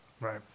right